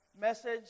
message